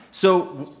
so,